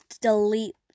delete